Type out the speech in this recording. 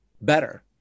better